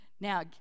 Now